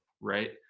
Right